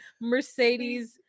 Mercedes